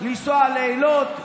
לנסוע לאילות,